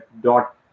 dot